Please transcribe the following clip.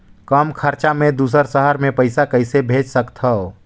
कम खरचा मे दुसर शहर मे पईसा कइसे भेज सकथव?